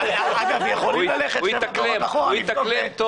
אגב, יכולים ללכת כמה דורות אחורה ולבדוק.